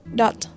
dot